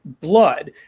blood